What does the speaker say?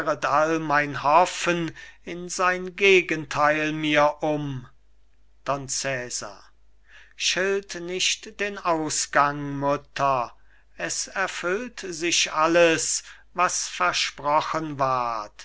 mein hoffen in sein gegentheil mir um don cesar schilt nicht den ausgang mutter es erfüllt sich alles was versprochen ward